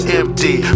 empty